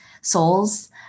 souls